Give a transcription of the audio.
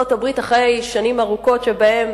וזאת, אחרי שנים ארוכות שבהן